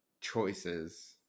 choices